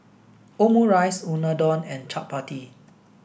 Omurice Unadon and Chapati